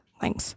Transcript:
thanks